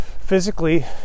physically